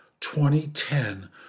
2010